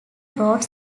wrote